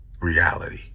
reality